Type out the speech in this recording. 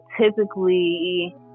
typically